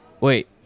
Wait